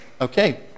okay